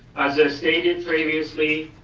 as i stated previously,